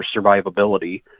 survivability